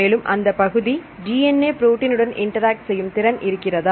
மேலும் அந்த பகுதி DNA புரோட்டின் உடன் இன்டராக்ட் செய்யும் திறன் இருக்கிறதா